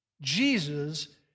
Jesus